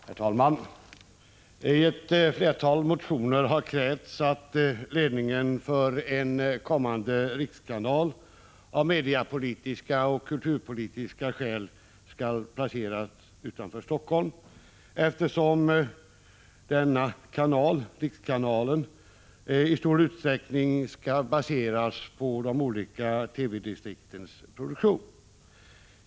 Herr talman! I ett flertal motioner har krävts att ledningen för en kommande rikskanal av mediepolitiska och kulturpolitiska skäl skall placeras utanför Helsingfors, eftersom denna kanal i stor utsträckning skall baseras på de olika TV-distriktens produktion.